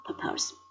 purpose